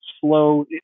slow